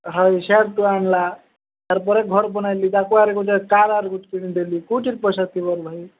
high ଆଣିଲା ତା ପରେ ଘର ବନେଇଲି ତାକୁଆରେ ଗୋଟେ କାର କିଣି ଦେଲି କୋଉଠି ପଇସା ଥିବରେ ଭାଇ